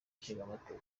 nshingamateka